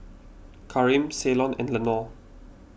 Kareem Ceylon and Lenore